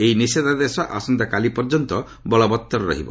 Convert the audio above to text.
ଏହି ନିଷେଦ୍ଧାଦେଶ ଆସନ୍ତାକାଲି ପର୍ଯ୍ୟନ୍ତ ବଳବତ୍ତର ରହିବ